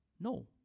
No